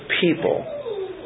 people